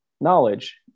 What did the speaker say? knowledge